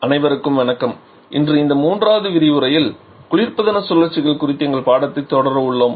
அனைவருக்கும் வணக்கம் இன்று இந்த மூன்றாவது விரிவுரையில் குளிர்பதன சுழற்சிகள் குறித்த எங்கள் பாடத்தைத் தொடர உள்ளோம்